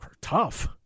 Tough